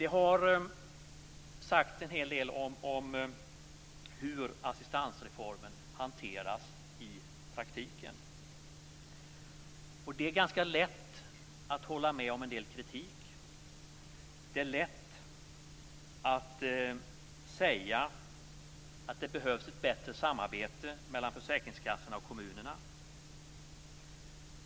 Det har sagts en hel del om hur assistansreformen hanteras i praktiken. Det är ganska lätt att hålla med om en del kritik. Det är lätt att säga att det behövs ett bättre samarbete mellan försäkringskassorna och kommunerna.